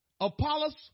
Apollos